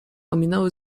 ominęły